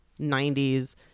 90s